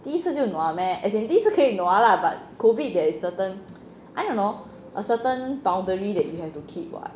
第一次就 nua meh as in 第一次可以 nua lah but COVID there is certain I don't know a certain boundary that you have to keep what